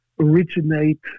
originate